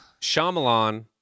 Shyamalan